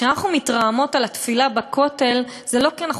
כשאנחנו מתרעמות על התפילה בכותל זה לא כי אנחנו